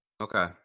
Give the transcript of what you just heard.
Okay